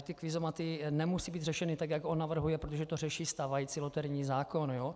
Ty kvízomaty nemusí být řešeny tak, jak on navrhuje, protože to řeší stávající loterijní zákon.